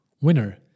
Winner